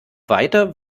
weiter